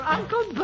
Uncle